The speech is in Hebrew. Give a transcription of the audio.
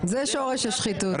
זה שורש השחיתות, אתה מבין לאן הגענו?